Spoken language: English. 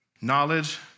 Knowledge